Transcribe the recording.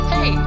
Hey